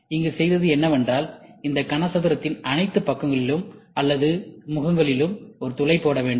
இங்கு செய்தது என்னவென்றால் இந்த கனசதுரத்தின் அனைத்து பக்கங்களிலும் அல்லது முகங்களிலும் ஒரு துளை போட வேண்டும்